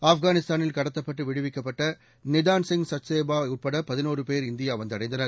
ஆப்கானிஸ்தானில் கடத்தப்பட்டுவிடுவிக்க்ப்பட்டநிதான் சிங் சச்தேவாஉள்படபதினொருபேர்இந்தியாவந்தடைந்தனர்